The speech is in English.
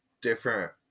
Different